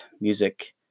music